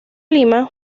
lima